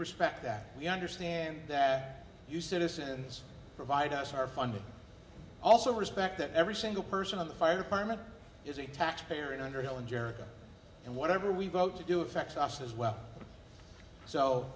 respect that we understand that you citizens provide us our funding also respect that every single person of the fire department is a taxpayer in underhill in jericho and whatever we vote to do affects us as well so